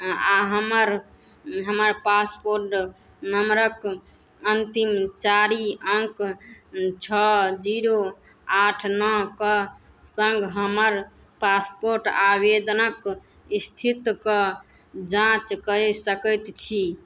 आओर हमर हमर पासपोर्ट नंबरके अन्तिम चारि अङ्क छओ जीरो आठ नओके सङ्ग हमर पासपोर्ट आवेदनक स्थितके जाँच कए सकैत छी